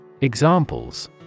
Examples